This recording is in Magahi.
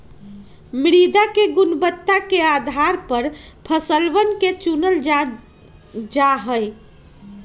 मृदा के गुणवत्ता के आधार पर फसलवन के चूनल जा जाहई